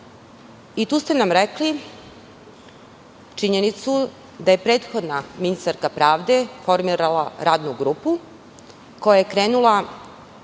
i tu ste nam rekli činjenicu da je prethodna ministarka pravde formirala radnu grupu koja je krenula